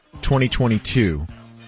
2022